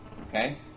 Okay